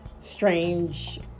strange